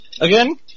again